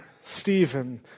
Stephen